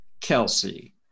Kelsey